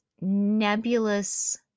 nebulous